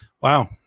wow